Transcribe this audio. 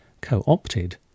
co-opted